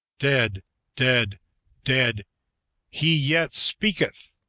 dead dead dead he yet speaketh!